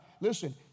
Listen